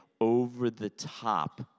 over-the-top